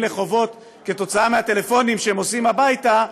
לחובות כתוצאה מהטלפונים שהם עושים הביתה,